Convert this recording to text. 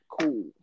cool